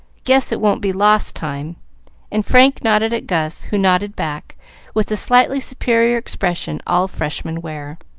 guess it won't be lost time and frank nodded at gus, who nodded back with the slightly superior expression all freshmen wear.